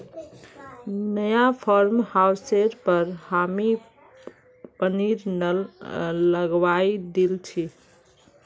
नया फार्म हाउसेर पर हामी पानीर नल लगवइ दिल छि